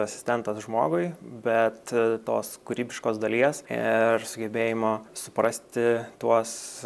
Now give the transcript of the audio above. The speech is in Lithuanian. asistentas žmogui bet tos kūrybiškos dalies ir sugebėjimo suprasti tuos